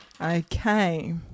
Okay